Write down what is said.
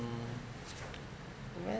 what